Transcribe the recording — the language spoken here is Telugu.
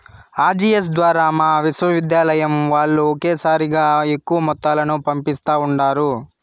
ఆర్టీజీఎస్ ద్వారా మా విశ్వవిద్యాలయం వాల్లు ఒకేసారిగా ఎక్కువ మొత్తాలను పంపిస్తా ఉండారు